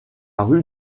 rue